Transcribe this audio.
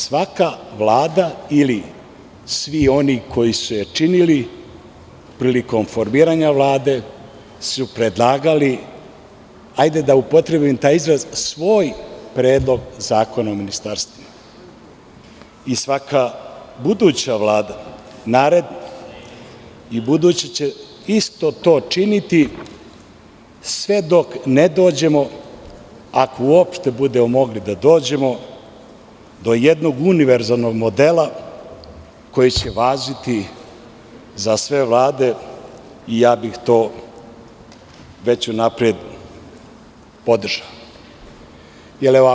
Svaka vlada, ili svi oni koji su je činili prilikom formiranja Vlade su predlagali, hajde da upotrebim taj izraz svoj predlog zakona o ministarstvima, i svaka buduća vlada će isto to činiti, sve dok ne dođemo ako uopšte budemo mogli da dođemo do jednog univerzalnog modela koji će važiti za sve vlade i to bih već unapred podržao.